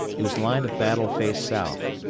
whose line of battle faced south.